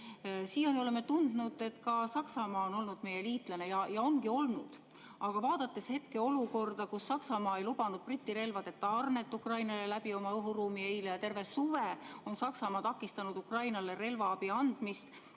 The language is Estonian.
Siiani oleme tundnud, et ka Saksamaa on olnud meie liitlane, ja ta ongi olnud. Aga vaadates olukorda, kus Saksamaa ei lubanud eile Briti relvade tarnet Ukrainale läbi oma õhuruumi, ja seda, et terve suve on Saksamaa takistanud Ukrainale relvaabi andmist,